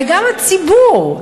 וגם הציבור,